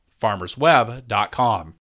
farmersweb.com